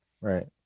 Right